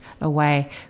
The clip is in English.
away